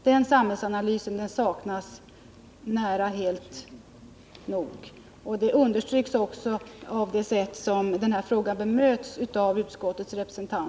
Den samhällsanalysen saknas nära nog helt. Det understryks också av det sätt på vilket utskottets talesman här diskuterar den frågan.